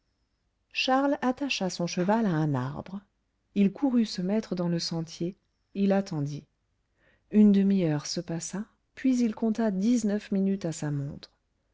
charles attacha son cheval à un arbre il courut se mettre dans le sentier il attendit une demi-heure se passa puis il compta dixneuf minutes à sa montre